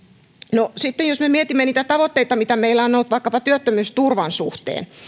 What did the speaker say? no sitten jos me mietimme niitä tavoitteita mitä meillä on ollut vaikkapa työttömyysturvan suhteen